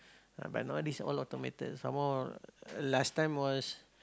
but nowadays all automated some more last time was